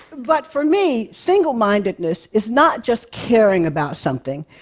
but for me, single-mindedness is not just caring about something.